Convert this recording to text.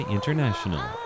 International